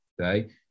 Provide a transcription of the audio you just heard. okay